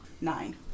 Nine